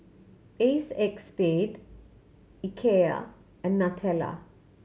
Acexspade Ikea and Nutella